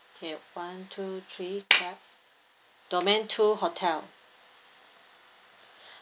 okay one two three clap domain two hotel